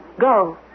Go